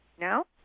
now